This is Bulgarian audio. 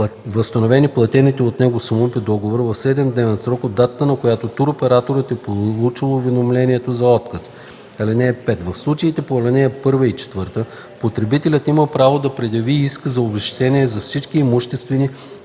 възстановени платените от него суми по договора в 7-дневен срок от датата, на която туроператорът е получил уведомлението за отказ. (5) В случаите по ал. 1 и 4 потребителят има право да предяви иск за обезщетение за всички имуществени